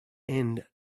end